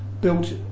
built